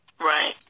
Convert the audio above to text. Right